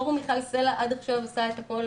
פורום מיכל סלה עד עכשיו עשה את הכל